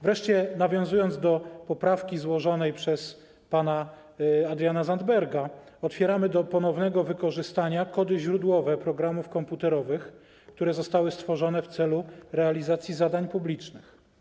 Wreszcie, nawiązując do poprawki złożonej przez pana Adriana Zandberga, otwieramy do ponownego wykorzystania kody źródłowe programów komputerowych, które zostały stworzone w celu realizacji zadań publicznych.